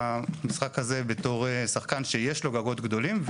במשחק הזה בתור שחקן שיש לו גגות גדולים,